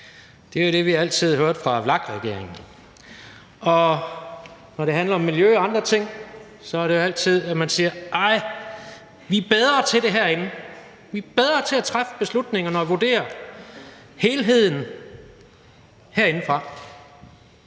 Det var det, som vi altid hørte fra VLAK-regeringen. Og når det handler om miljø og andre ting, siger man altid: Nej, vi er bedre til det herinde; vi er bedre til at træffe beslutningerne og vurdere helheden herindefra.